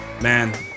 Man